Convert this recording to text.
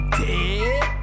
dead